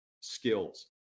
skills